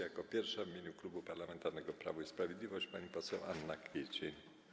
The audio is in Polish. Jako pierwsza w imieniu Klubu Parlamentarnego Prawo i Sprawiedliwość pani poseł Anna Kwiecień.